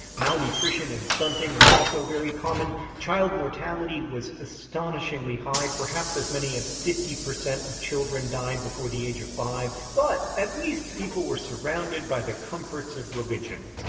malnutrition and stunting were also very common. child mortality was astonishingly high perhaps as many as fifty percent of children died before the age of five. but at least people were surrounded by the comforts of religion.